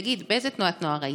תגיד, באיזו תנועת נוער היית?